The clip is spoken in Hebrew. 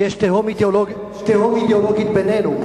יש תהום אידיאולוגית בינינו.